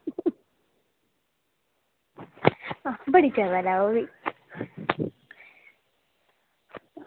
बड़ी चबल ऐ ओह्बी